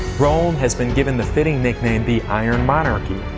rome has been given the fitting nickname the iron monarchy.